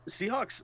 Seahawks